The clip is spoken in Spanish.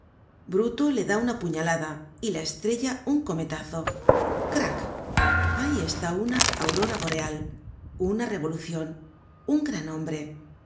bruto le da una puñalada y la estrella un cometazo crac ahí está una aurora boreal una revolucion un gran hombre